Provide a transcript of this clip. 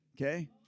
Okay